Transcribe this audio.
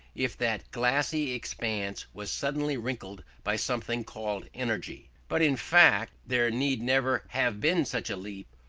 if that glassy expanse was suddenly wrinkled by something called energy. but in fact there need never have been such a leap,